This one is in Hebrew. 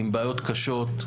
עם בעיות קשות,